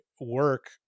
work